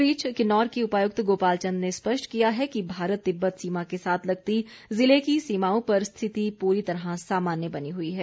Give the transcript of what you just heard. इस बीच किन्नौर के उपायुक्त गोपाल चंद ने स्पष्ट किया है कि भारत तिब्बत सीमा के साथ लगती जिले की सीमाओं पर स्थिति पूरी तरह सामान्य बनी हई है